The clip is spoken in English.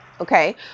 Okay